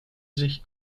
sich